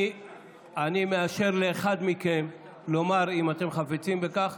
אני מאשר לאחד מכם לדבר, אם אתם חפצים בכך.